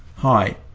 hi.